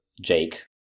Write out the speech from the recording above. Jake